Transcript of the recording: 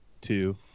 two